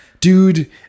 Dude